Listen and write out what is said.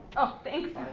oh thanks.